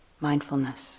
mindfulness